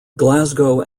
glasgow